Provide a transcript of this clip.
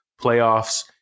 playoffs